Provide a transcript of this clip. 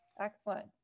Excellent